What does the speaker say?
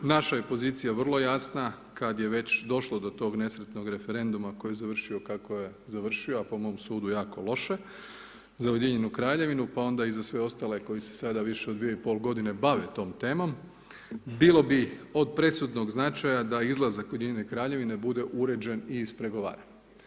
Naša je pozicija vrlo jasna kada je već došlo do toga nesretnog referenduma kolji je završio kako je završio, a po mom sudu jako loše za Ujedinjenu Kraljevinu, pa onda i za sve ostale koji se sada više od dvije i pol godine bave tom temom, bilo bi od prešutnog značaja da izlazak Ujedinjene Kraljevine bude uređen i ispregovaran.